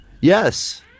Yes